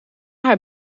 haar